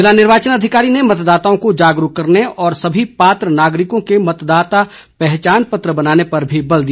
जिला निर्वाचन अधिकारी ने मतदाताओं को जागरूक करने और सभी पात्र नागरिकों के मतदाता पहचान पत्र बनाने पर भी बल दिया